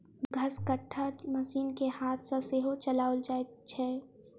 घसकट्टा मशीन के हाथ सॅ सेहो चलाओल जाइत छै